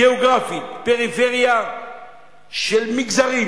גיאוגרפית, פריפריה של מגזרים.